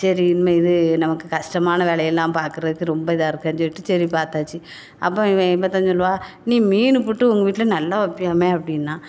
சரி இனிமேல் இது நமக்கு கஷ்டமான வேலையெல்லாம் பார்க்கறதுக்கு ரொம்ப இதாருக்குன் சொல்லிட்டு சரி பார்த்தாச்சி அப்போ இவன் எப்படி தான் பார்த்தா சொல்லுவா நீ மீன் புட்டு உங்கள் வீட்டில் நல்லா வைப்பியாமே அப்படின்னா